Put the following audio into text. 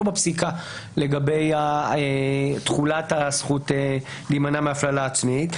בפסיקה לגבי תחולת הזכות להימנע מהפללה עצמית.